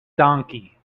donkey